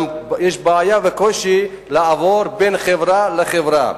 יש גם בעיה וקושי לעבור בין חברה לחברה,